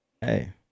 Hey